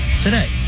today